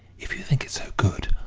if you think it's so good,